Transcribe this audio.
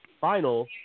final